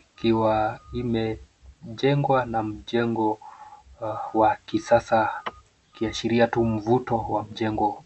Ikiwa imejengwa na mjengo wa kisasa ikiashiria tu mvuto wa mjengo.